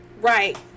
Right